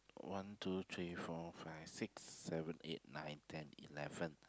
one two three four five six seven eight nine ten eleven